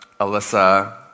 Alyssa